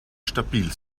stabil